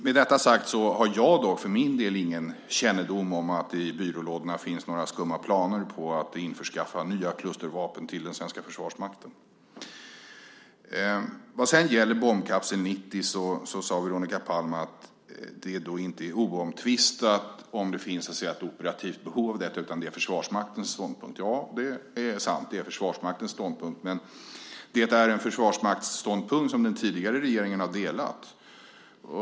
Med detta sagt kan jag tala om att jag för min del inte har någon kännedom om att det i byrålådorna finns några skumma planer på att införskaffa nya klustervapen till den svenska Försvarsmakten. Vad sedan gäller bombkapsel 90 sade Veronica Palm att det inte är oomtvistat om det finns ett operativt behov av den utan att det är Försvarsmaktens ståndpunkt. Det är sant. Det är Försvarsmaktens ståndpunkt. Men det är en försvarsmaktsståndpunkt som den tidigare regeringen har delat.